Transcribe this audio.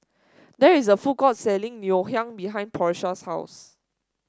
there is a food court selling Ngoh Hiang behind Porsha's house